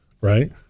right